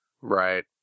Right